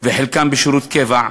וחלקם בשירות קבע,